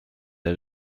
des